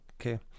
Okay